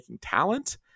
talent